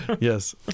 Yes